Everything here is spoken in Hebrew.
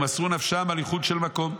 ומסרו נפשם על ייחוד של מקום,